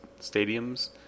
stadiums